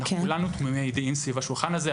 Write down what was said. אנחנו כולנו תמימי דעים סביב השולחן הזה.